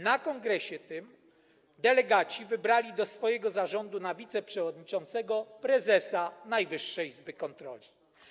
Na kongresie tym delegaci wybrali do swojego zarządu jako wiceprzewodniczącego prezesa Najwyższej Izby Kontroli.